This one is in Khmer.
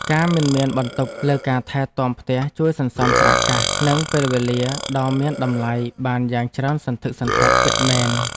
ការមិនមានបន្ទុកលើការថែទាំផ្ទះជួយសន្សំប្រាក់កាសនិងពេលវេលាដ៏មានតម្លៃបានយ៉ាងច្រើនសន្ធឹកសន្ធាប់ពិតមែន។